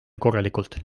korralikult